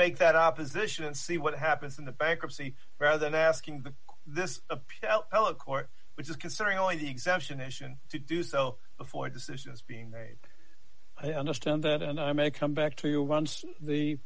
make that opposition see what happens in the bankruptcy rather than asking the this appeals court which is considering only the exemption ition to do so before decisions being made i understand that and i may come back to you once the